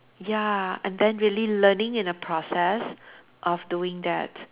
ya and then really learning in a process of doing that